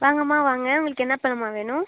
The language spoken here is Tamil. வாங்கம்மா வாங்க உங்களுக்கு என்ன பழம்மா வேணும்